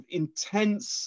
intense